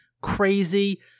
crazy